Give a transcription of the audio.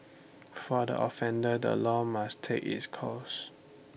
for the offender the law must take its course